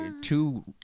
two